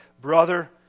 Brother